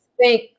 thank